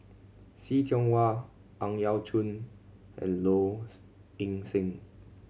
See Tiong Wah Ang Yau Choon and Lows Ing Sing